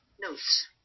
notes